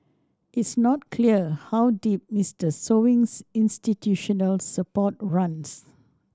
it's not clear how deep Mister Sewing's institutional support runs